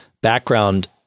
background